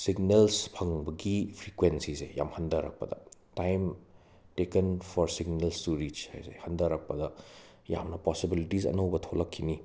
signals ꯐꯪꯕꯒꯤ ꯐ꯭ꯔꯤꯀ꯭ꯋꯦꯟꯁꯤꯁꯦ ꯌꯥꯝ ꯍꯟꯙꯔꯛꯄꯗ time taken for signals to reach ꯍꯥꯏꯁꯦ ꯍꯟꯙꯔꯛꯄꯗ ꯌꯥꯝꯅ ꯄꯣꯁꯤꯕꯤꯂꯤꯇꯤꯁ ꯑꯅꯧꯕ ꯊꯣꯛꯂꯛꯈꯤꯅꯤ